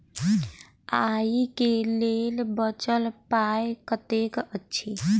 आइ केँ लेल बचल पाय कतेक अछि?